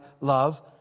love